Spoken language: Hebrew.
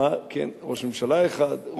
כן, ראש ממשלה אחד.